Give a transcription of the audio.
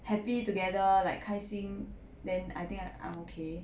happy together like 开心 then I think I I'm ok